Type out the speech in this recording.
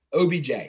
OBJ